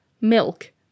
milk